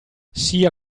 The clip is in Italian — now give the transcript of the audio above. sia